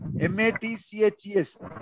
M-A-T-C-H-E-S